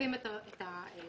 חושפים בפני הרופאים.